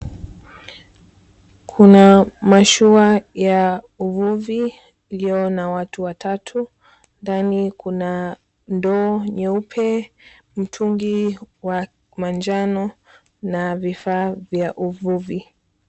Kuna mashua ya uvuvi uliyo na watu watatu. Ndani kuna ndoo nyeupe, mtungi wa manjano na vifaa vya uvuvi.